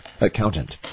accountant